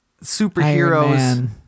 superheroes